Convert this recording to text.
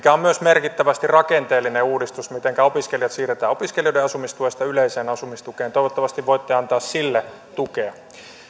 on myös merkittävästi rakenteellinen uudistus mitenkä opiskelijat siirretään opiskelijoiden asumistuesta yleiseen asumistukeen toivottavasti voitte antaa sille tukea